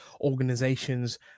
organizations